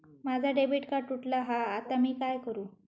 माझा debit card तुटला हा आता मी काय करू?